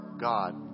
God